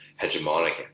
hegemonic